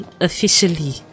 officially